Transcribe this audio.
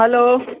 hello